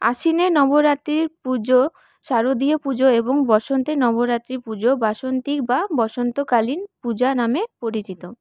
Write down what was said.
আশ্বিনে নবরাত্রির পুজো শারদীয় পুজো এবং বসন্তে নবরাত্রি পুজো বাসন্তী বা বসন্তকালীন পূজা নামে পরিচিত